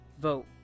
vote